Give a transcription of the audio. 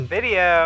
video